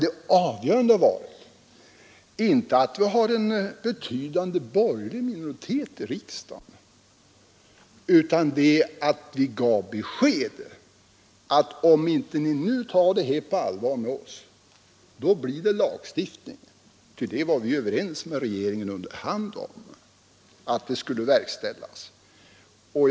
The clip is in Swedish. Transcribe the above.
Det andra och avgörande var inte att det finns en betydande borgerlig minoritet i riksdagen utan att vi gav besked och sade, att om ni inte tar detta på allvar, så blir det en lagstiftning. Det hade vi nämligen under hand kommit överens med regeringen om.